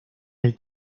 del